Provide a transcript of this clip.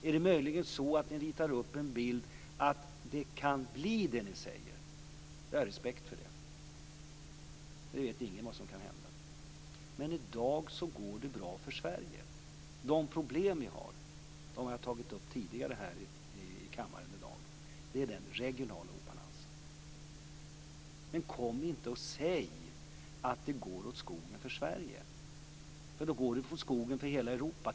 Är det möjligen så att ni målar upp en bild av att det kan bli som ni säger? I så fall har jag respekt för det, för ingen vet vad som kan hända. Men i dag går det bra för Sverige. Det problem vi har, och det har jag tagit upp här i kammaren tidigare i dag, är den regionala obalansen. Men kom inte och säg att det går åt skogen för Sverige, för i så fall går det åt skogen för hela Europa.